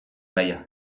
gaia